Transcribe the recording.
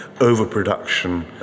overproduction